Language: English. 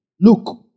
Look